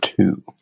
two